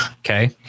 Okay